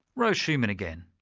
rose shuman again.